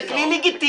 זה כלי לגיטימי.